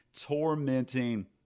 tormenting